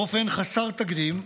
באופן חסר תקדים,